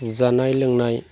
जानाय लोंनाय